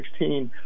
2016